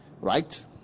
Right